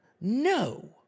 No